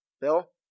bill